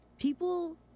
People